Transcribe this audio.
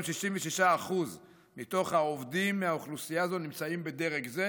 66% מתוך העובדים באוכלוסייה זו נמצאים בדרג זה.